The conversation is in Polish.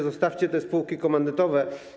Zostawcie te spółki komandytowe.